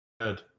Good